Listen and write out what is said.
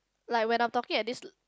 like when I'm talking at this